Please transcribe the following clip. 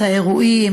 את האירועים,